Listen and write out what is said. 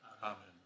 Amen